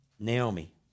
Naomi